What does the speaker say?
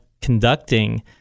conducting